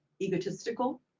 egotistical